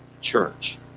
church